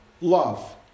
love